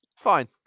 Fine